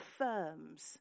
affirms